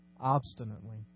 obstinately